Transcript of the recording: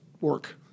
work